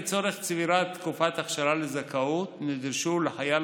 לצורך צבירת תקופת אכשרה לזכאות נדרשו לחייל